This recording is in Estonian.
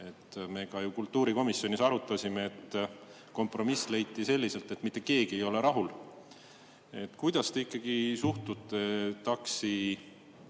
Me ka kultuurikomisjonis arutasime, et kompromiss leiti selliselt, et mitte keegi ei ole rahul. Kuidas te ikkagi suhtute TAKS-i